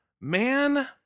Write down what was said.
man